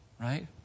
Right